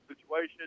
situation